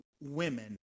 women